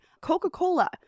Coca-Cola